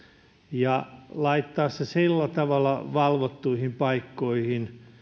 ja laittaa se sillä tavalla valvottuihin paikkoihin